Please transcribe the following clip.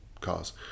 cars